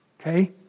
okay